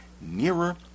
nearer